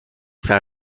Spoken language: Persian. نفر